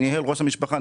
ראש המשפחה,